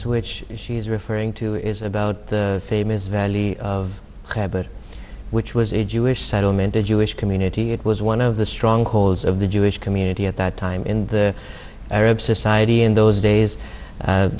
switch she is referring to is about the famous valley of habit which was a jewish settlement a jewish community it was one of the strongholds of the jewish community at that time in the arab society in those days